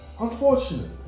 unfortunately